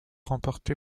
remportée